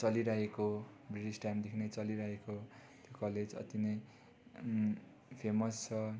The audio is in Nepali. चलिरहेको ब्रिटिस टाइमदेखि नै चलिरहेको कलेज अति नै फेमस छ